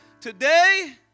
today